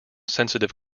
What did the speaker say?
sensitive